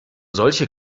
solche